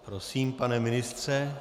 Prosím, pane ministře.